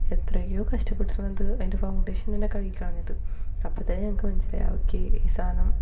എത്രയൊക്കെയോ കഷ്ടപ്പെട്ടിട്ടാണ് അത് അതിൻ്റെ ഫൗണ്ടേഷൻ തന്നെ കഴുകി കളഞ്ഞത് അപ്പോഴത്തേനും ഞങ്ങൾക്ക് മനസ്സിലായി ഓക്കേ ഈ സാധനം